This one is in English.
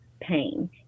pain